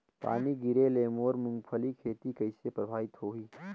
पानी गिरे ले मोर मुंगफली खेती कइसे प्रभावित होही?